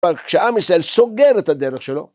אבל כשאמיסל סוגר את הדרך שלו